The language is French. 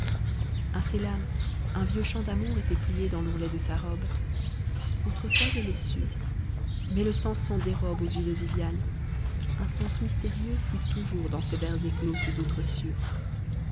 un sélam un vieux chant d'amour était plié dans l'ourlet de la robe autrefois je l'ai su mais le sens s'en dérobe aux yeux de viviane un sens mystérieux fuit toujours dans ces vers édos sous d'autres cieux